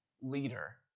leader